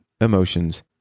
emotions